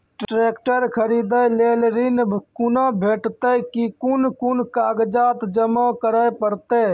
Tractor खरीदै लेल ऋण कुना भेंटते और कुन कुन कागजात जमा करै परतै?